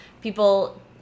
people